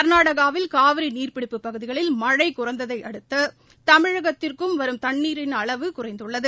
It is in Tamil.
கர்நாடகாவில் காவிரி நீர்பிடிப்புப் பகுதிகளில் மழை குறைந்ததை அடுத்து தமிழகத்திற்கு வரும் தண்ணீரின் அளவு குறைந்துள்ளது